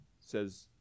says